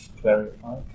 clarify